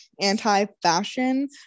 anti-fashion